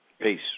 Peace